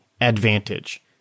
ADVANTAGE